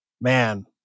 man